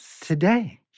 today